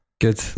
Good